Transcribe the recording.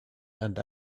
and